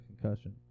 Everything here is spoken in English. concussion